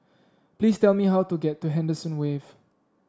please tell me how to get to Henderson Wave